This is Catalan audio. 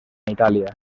itàlia